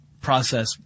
process